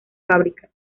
fábrica